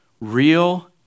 Real